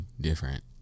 different